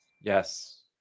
Yes